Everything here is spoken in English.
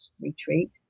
retreat